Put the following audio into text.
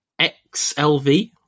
XLV